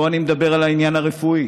פה אני מדבר על העניין הרפואי,